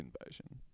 invasion